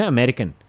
American